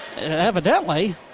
Evidently